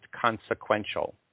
consequential